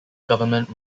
government